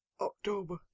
October